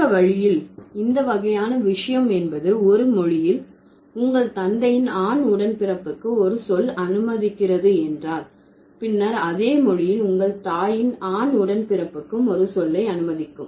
மற்ற வழியில் இந்த வகையான விஷயம் என்பது ஒரு மொழியில் உங்கள் தந்தையின் ஆண் உடன்பிறப்புக்கு ஒரு சொல் அனுமதிக்கிறது என்றால் பின்னர் அதே மொழியில் உங்கள் தாயின் ஆண் உடன்பிறப்புக்கும் ஒரு சொல்லை அனுமதிக்கும்